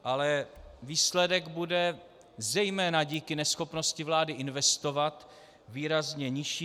Ale výsledek bude, zejména díky neschopnosti vlády investovat, výrazně nižší.